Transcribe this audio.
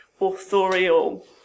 authorial